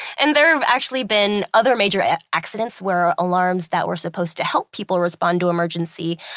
and there have actually been other major accidents where alarms that were supposed to help people respond to emergency,